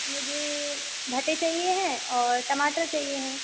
मुझे भटे चहिए हैं और टमाटर चहिए हैं